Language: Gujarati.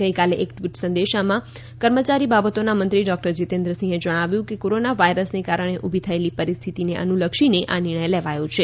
ગઈકાલે એક ટવીટ સંદેશામાં કર્મચારી બાબતોના મંત્રી ડોકટર જીતેન્દ્રસિંહે જણાવ્યું છે કે કોરોના વાયરસને કારણે ઉલી થયેલી પરિસ્થિતિને અનુલક્ષીને આ નિર્ણય લેવાયો છે